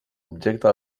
objecte